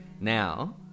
now